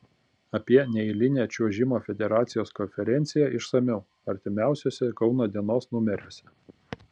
apie neeilinę čiuožimo federacijos konferenciją išsamiau artimiausiuose kauno dienos numeriuose